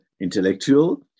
intellectual